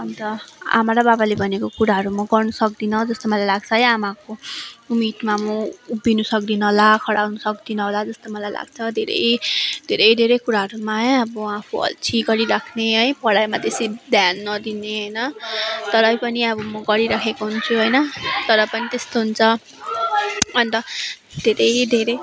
अन्त आमा र बाबाले भनेको कुराहरू म गर्न सक्दिनँ जस्तो मलाई लाग्छ है आमाको उमिदमा म उभिन सक्दिनँ होला खडा हुन सक्दिनँ होला जस्तो मलाई लाग्छ धेरै धेरै धेरै कुराहरूमा है अब आफू अल्छी गरिराख्ने है पढाइमा बेसी ध्यान नदिने होइन तरै पनि अब म गरिराखेको हुन्छु होइन तर पनि त्यस्तो हुन्छ अन्त धेरै धेरै